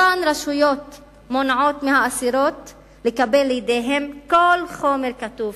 אותן רשויות מונעות מהאסירות לקבל לידיהן כל חומר כתוב,